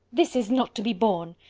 this is not to be borne.